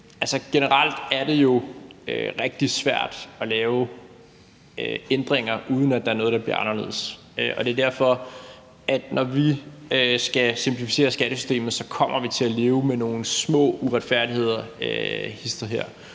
generelt er det jo rigtig svært at lave ændringer, uden at der er noget, der bliver anderledes. Det er derfor, at vi, når vi skal simplificere skattesystemet, kommer til at leve med nogle små uretfærdigheder hist og her.